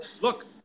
Look